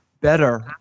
better